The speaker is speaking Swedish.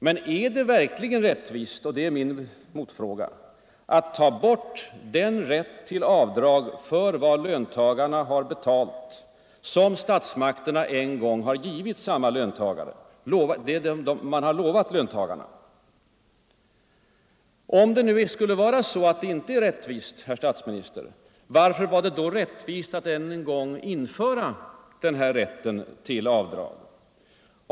Men är det verkligen rättvist — och det är min motfråga — att ta bort den rätt till avdrag för vad löntagarna har betalat som statsmakterna givit samma löntagare? Om avdragsrätten inte är rättvis, herr statsminister, varför var det då rättvist att en gång införa den här rätten till avdrag?